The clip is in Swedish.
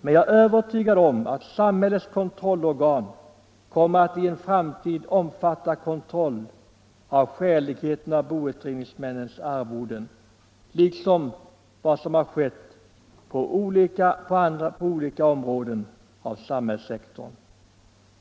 Men jag är övertygad om att samhällets kontrollorgan i en framtid kommer att omfatta kontroll av skäligheten av boutredningsmännens arvode, i likhet med vad som har skett på flera områden av samhällssektorn.